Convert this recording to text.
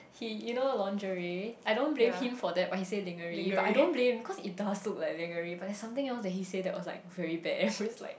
he you know lingerie I don't blame him for that but he say lingerie but I don't blame cause it does look like lingerie but there's something else that he say that was like very bad everybody's like